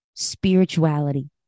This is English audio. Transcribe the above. spirituality